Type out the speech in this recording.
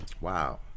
Wow